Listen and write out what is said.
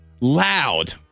loud